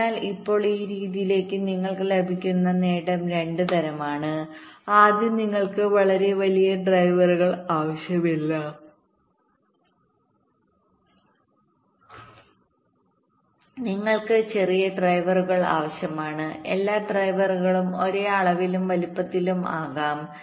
അതിനാൽ ഇപ്പോൾ ഈ രീതിയിൽ നിങ്ങൾക്ക് ലഭിക്കുന്ന നേട്ടം 2 തരമാണ് ആദ്യം നിങ്ങൾക്ക് വളരെ വലിയ ഡ്രൈവറുകൾ ആവശ്യമില്ല നിങ്ങൾക്ക് ചെറിയ ഡ്രൈവറുകൾ ആവശ്യമാണ് എല്ലാ ഡ്രൈവറുകളും ഒരേ അളവിലും വലുപ്പത്തിലും ആകാം